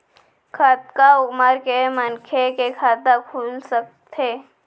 कतका उमर के मनखे के खाता खुल सकथे?